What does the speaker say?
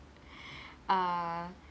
uh